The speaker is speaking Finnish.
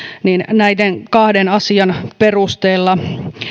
niin näiden kahden asian perusteella